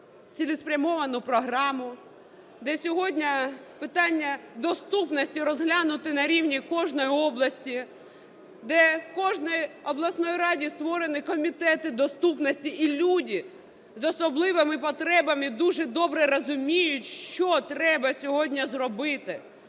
цілеспрямовану програму, де сьогодні питання доступності розглянути на рівні кожної області, де в кожній обласній раді створені комітети доступності, і люди з особливими потребами дуже добре розуміють, що треба сьогодні зробити.